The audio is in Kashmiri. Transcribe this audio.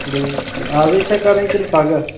بِلکُل أزۍ چھا کَرٕنۍ کِنہٕ پَگاہ